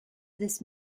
this